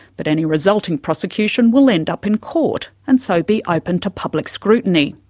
but any resulting prosecution will end up in court and so be open to public scrutiny.